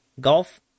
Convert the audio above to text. golf